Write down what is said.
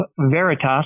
Veritas